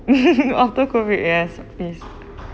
after COVID yes please